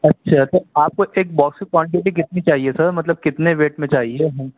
اچھا سر آپ کو ایک باکس کی کوانٹیٹی کتنی چاہیے سر مطلب کتنے ویٹ میں چاہیے ہیں